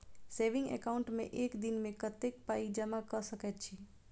Saving account मे एक दिनमे कतेक पाई जमा कऽ सकैत छी?